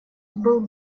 был